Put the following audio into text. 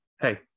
Hey